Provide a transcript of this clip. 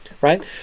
right